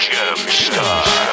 Gemstar